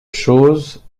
choses